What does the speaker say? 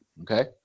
Okay